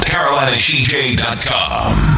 CarolinaCJ.com